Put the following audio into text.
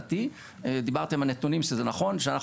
במכר של דירה אנחנו צריכים